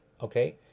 Okay